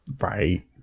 right